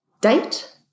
date